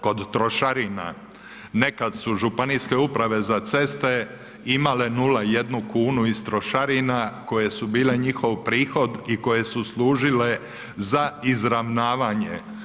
Kod trošarina nekad su županijske uprave za ceste imale 0,1 kunu iz trošarina koje su bile njihov prihod i koje su služile za izravnavanje.